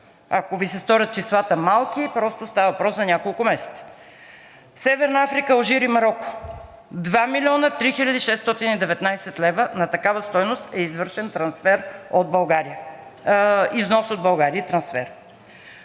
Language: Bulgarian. ако Ви се сторят числата малки, просто става въпрос за няколко месеца. Северна Африка, Алжир и Мароко – 2 млн. 3 хил. 619 лв., на такава стойност е извършен износ от България